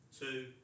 two